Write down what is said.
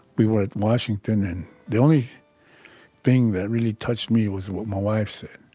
we were at washington, and the only thing that really touched me was what my wife said.